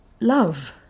Love